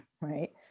Right